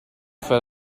fai